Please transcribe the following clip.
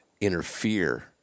interfere